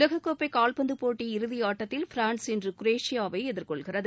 உலகக்கோப்பைகால்பந்தபோட்டி இறுதியாட்டத்தில் பிரான்ஸ் இன்றுகுரேஷியாவைஎதிர்கொள்கிறது